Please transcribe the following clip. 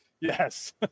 yes